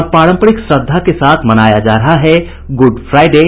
और पारम्परिक श्रद्धा के साथ मनाया जा रहा है गुड फ्राइडे